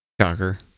shocker